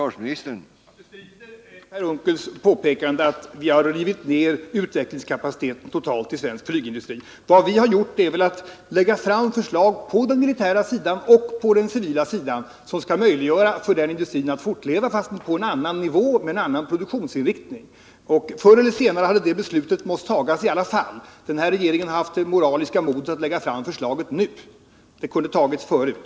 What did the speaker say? Herr talman! Jag bestrider herr Unckels påstående att vi skulle ha rivit ner utvecklingskapaciteten totalt i svensk flygindustri. Vad vi har gjort är att vi har lagt fram förslag på den militära sidan och på den civila sidan som skall möjliggöra för denna industri att fortleva, fastän på en annan nivå och med en annan produktionsinriktning än tidigare. Förr eller senare hade det beslutet måst fattas i alla fall, men den här regeringen har haft det moraliska modet att lägga fram förslaget nu. Det kunde ha tagits förut.